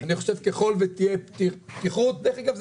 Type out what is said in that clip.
אני חושב שכלל שתהיה פתיחות דרך אגב,